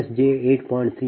33 p